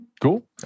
Cool